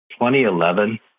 2011